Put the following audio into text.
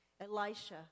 Elisha